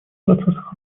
процессах